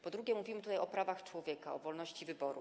Po drugie, mówimy tutaj o prawach człowieka, o wolności wyboru.